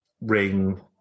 ring